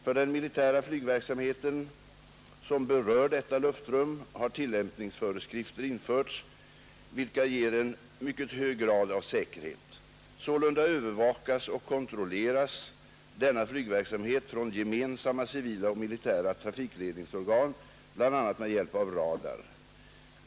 För den militära flygverksamhet, som berör detta luftrum, har tilämpningsföreskrifter införts, vilka ger en mycket hög grad av säkerhet. Sålunda övervakas och kontrolleras denna flygverksamhet från gemensamma civila och militära trafikledningsorgan, bl.a. med hjälp av radar.